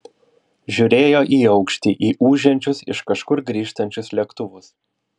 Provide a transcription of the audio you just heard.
žiūrėjo į aukštį į ūžiančius iš kažkur grįžtančius lėktuvus